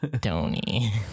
Tony